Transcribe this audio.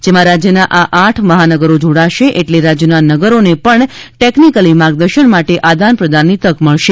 જેમાં રાજ્યના આ આઠ મહાનગરો જોડાશે એટલે રાજ્યના નગરોને પણ ટેકનીકલી માર્ગદર્શન માટે આદાનપ્રદાનની તક મળશે